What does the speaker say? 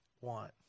want